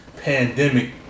pandemic